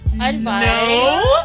advice